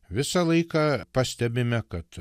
visą laiką pastebime kad